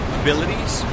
abilities